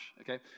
Okay